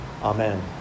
Amen